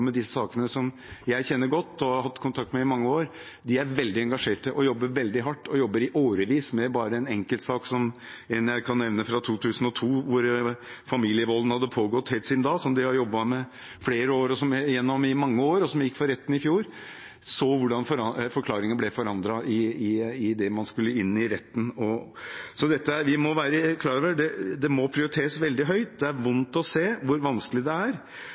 med disse sakene, kjenner jeg godt og har hatt kontakt med i mange år. De er veldig engasjert og jobber veldig hardt og i årevis med bare en enkeltsak. Jeg kan nevne en sak fra 2002, der familievolden hadde pågått helt siden da, som de har jobbet med i flere år, og som gikk for retten i fjor, og de så hvordan forklaringen ble forandret idet man skulle inn i retten. Vi må være klar over det, og det må prioriteres veldig høyt. Det er vondt å se hvor vanskelig det er,